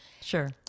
Sure